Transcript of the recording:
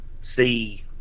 see